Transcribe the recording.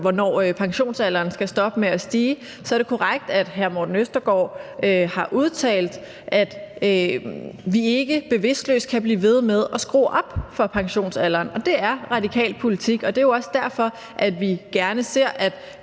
hvornår pensionsalderen skal stoppe med at stige, så er det korrekt, at hr. Morten Østergaard har udtalt, at vi ikke bevidstløst kan blive ved med at skrue op for pensionsalderen, og det er radikal politik, og det er jo også derfor, at vi gerne ser, at